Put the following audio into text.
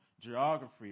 geography